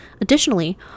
Additionally